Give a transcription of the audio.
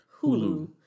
Hulu